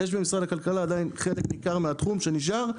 יש למשרד הכלכלה עדיין חלק ניכר מהתחום שנשאר,